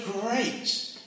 great